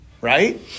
Right